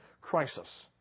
crisis